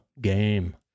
game